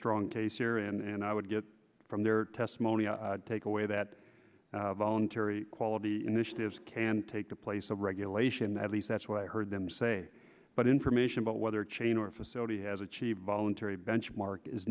strong case here and i would get from their testimony a takeaway that voluntary quality initiatives can take the place of regulation at least that's what i heard them say but information about whether chain or facility has achieved voluntary benchmark is